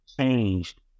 changed